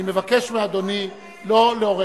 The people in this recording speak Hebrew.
אני מבקש מאדוני לא,